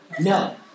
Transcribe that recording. No